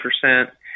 percent